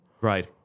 Right